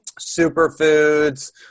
superfoods